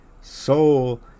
soul